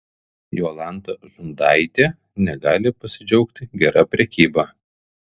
jolanta žundaitė negali pasidžiaugti gera prekyba